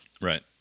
Right